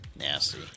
Nasty